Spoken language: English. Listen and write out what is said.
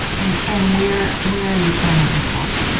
and and where where are you finding your hope?